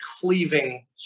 cleaving